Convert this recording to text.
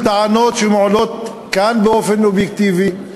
טענות שמועלות כאן באופן אובייקטיבי.